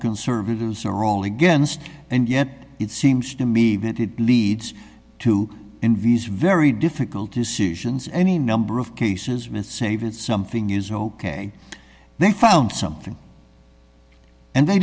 conservatives are all against and yet it seems to me that it leads to envy's very difficult decisions any number of cases with save it something is ok they found something and they